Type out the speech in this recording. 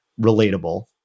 relatable